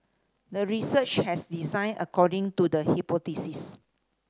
the research has designed according to the hypothesis